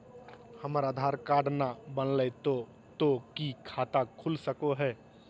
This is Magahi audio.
हमर आधार कार्ड न बनलै तो तो की खाता खुल सको है?